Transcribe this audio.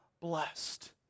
blessed